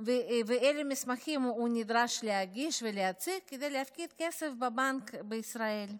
ואילו מסמכים הוא נדרש להגיש ולהציג כדי להפקיד כסף בבנק בישראל.